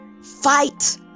fight